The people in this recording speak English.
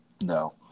no